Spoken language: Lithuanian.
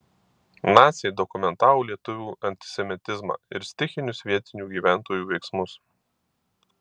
naciai dokumentavo lietuvių antisemitizmą ir stichinius vietinių gyventojų veiksmus